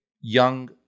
young